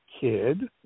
kid